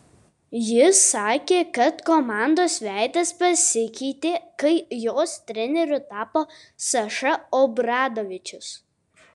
jis sakė kad komandos veidas pasikeitė kai jos treneriu tapo saša obradovičius